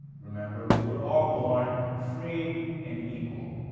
remember, we were all born free and equal.